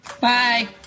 Bye